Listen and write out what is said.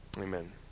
Amen